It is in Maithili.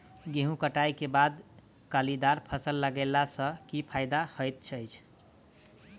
गेंहूँ कटाई केँ बाद फलीदार फसल लगेला सँ की फायदा हएत अछि?